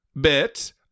bit